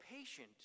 patient